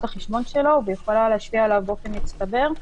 החשבון שלו והיא יכולה להשפיע עליו באופן מצטבר,